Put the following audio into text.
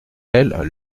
elles